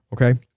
okay